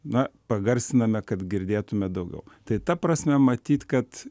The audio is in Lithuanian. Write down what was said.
na pagarsiname kad girdėtume daugiau tai ta prasme matyt kad